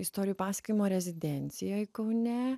istorijų pasakojimo rezidencijoj kaune